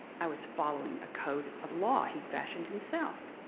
i was following a code of law he'd fashioned himself.